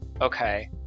okay